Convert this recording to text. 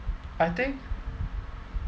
I think